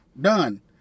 done